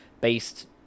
based